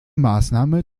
maßnahme